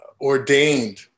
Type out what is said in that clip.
ordained